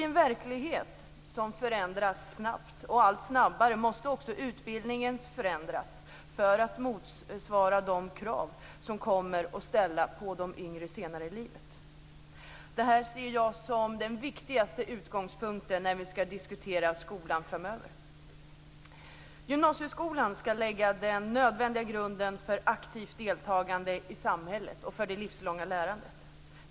I en verklighet som förändras snabbt, och allt snabbare, måste också utbildningen förändras för att motsvara de krav som kommer att ställas på de yngre senare i livet. Det här ser jag som den viktigaste utgångspunkten när vi skall diskutera skolan framöver. Gymnasieskolan skall lägga den nödvändiga grunden för aktivt deltagande i samhället och för det livslånga lärandet.